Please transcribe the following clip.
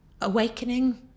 awakening